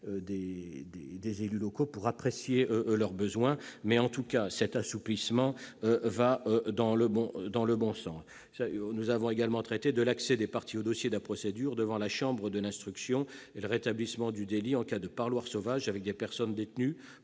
des élus locaux pour apprécier leurs besoins ! Quoi qu'il en soit, cet assouplissement va dans le bon sens. Nous avons également validé l'accès des parties au dossier de la procédure devant la chambre de l'instruction, le rétablissement du délit en cas de « parloir sauvage » avec des personnes détenues,